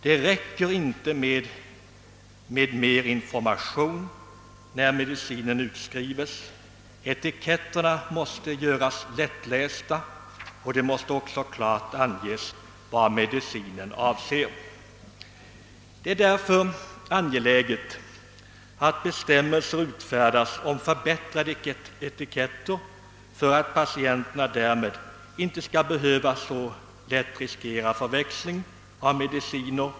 Det räcker inte med mer information när medicinen utskrives; etiketterna måste göras lättlästa, och det måste också klart anges vad medicinen avser. Det är därför angeläget att bestämmelser utfärdas om förbättrade etiketter för att patienterna inte så lätt skall riskera förväxling av mediciner.